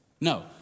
No